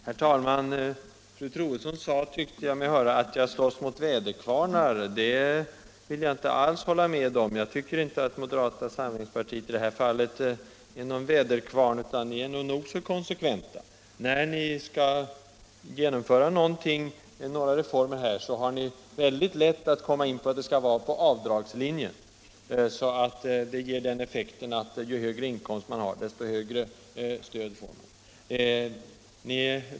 Herr talman! Fru Troedsson sade, tyckte jag mig höra, att jag slåss mot väderkvarnar. Det vill jag inte alls hålla med om. Jag tycker inte att moderata samlingspartiet i detta fall är någon väderkvarn, utan moderaterna är nog så konsekventa. När ni skall genomföra några reformer här har ni väldigt lätt att komma in på avdragslinjen, så att det ger den effekten att ju högre inkomst man har, desto större stöd får man.